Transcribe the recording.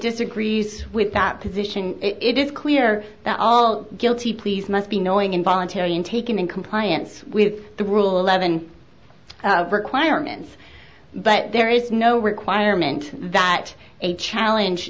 disagrees with that position it is clear that all guilty pleas must be knowing involuntary and taken in compliance with the rule eleven requirements but there is no requirement that a challenge